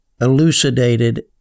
elucidated